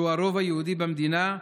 שהוא הרוב היהודי במדינה,